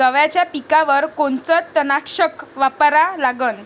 गव्हाच्या पिकावर कोनचं तननाशक वापरा लागन?